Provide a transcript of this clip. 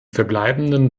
verbleibenden